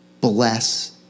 bless